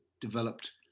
developed